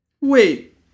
Wait